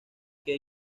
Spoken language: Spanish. que